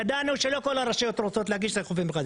ידענו שלא כל הרשויות רוצות להנגיש את החופים.